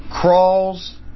crawls